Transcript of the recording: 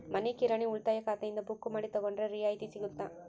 ಮನಿ ಕಿರಾಣಿ ಉಳಿತಾಯ ಖಾತೆಯಿಂದ ಬುಕ್ಕು ಮಾಡಿ ತಗೊಂಡರೆ ರಿಯಾಯಿತಿ ಸಿಗುತ್ತಾ?